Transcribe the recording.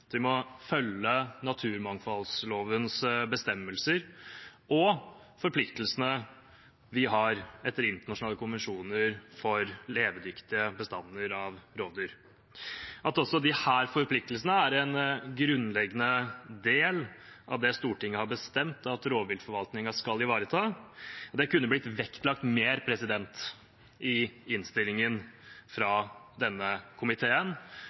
Vi må følge naturmangfoldlovens bestemmelser og forpliktelsene vi har etter internasjonale konvensjoner for levedyktige bestander av rovdyr. Det kunne blitt vektlagt mer i innstillingen fra denne komiteen at disse forpliktelsene også er en grunnleggende del av det Stortinget har bestemt at rovviltforvaltningen skal ivareta.